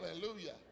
hallelujah